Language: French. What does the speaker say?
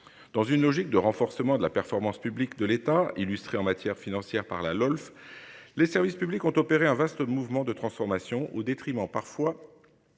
dans une logique de renforcement de la performance publique de l'État, illustré en matière financière par la LOLF. Les services publics ont opéré un vaste mouvement de transformation au détriment parfois.